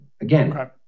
again